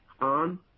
on